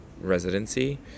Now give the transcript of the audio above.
residency